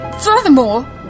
furthermore